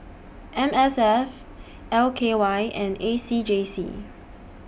M S F L K Y and A C J C